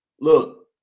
look